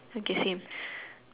okay same